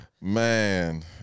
Man